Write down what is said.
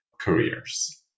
careers